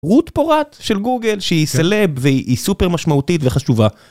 רוט פורט של גוגל שהיא סלב והיא סופר משמעותית וחשובה.